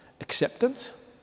acceptance